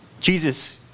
Jesus